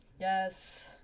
yes